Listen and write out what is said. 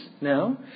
now